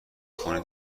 خونه